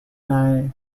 nay